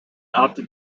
opted